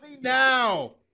now